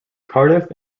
cardiff